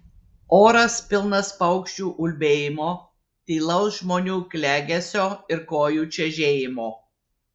oras pilnas paukščių ulbėjimo tylaus žmonių klegesio ir kojų čežėjimo